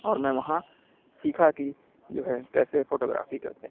اور میں وہاں سیکھا کہ جو ہے کیسے فوٹوگرافی کرتے